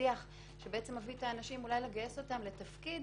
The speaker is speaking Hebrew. שיח שמביא את האנשים לגייס אותם לתפקיד